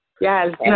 Yes